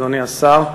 אדוני השר,